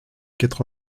quatre